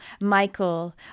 Michael